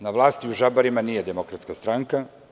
Na vlasti u Žabarima nije Demokratska stranka.